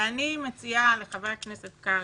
אני מציעה לחבר הכנסת קרעי,